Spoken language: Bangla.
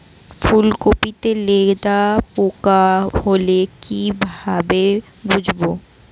ফুলকপিতে লেদা পোকা হলে কি ভাবে বুঝবো?